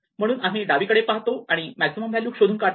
म्हणून आम्ही डावीकडे पाहतो आणि मॅक्झिमम व्हॅल्यू शोधून काढतो